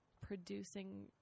producing